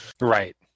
Right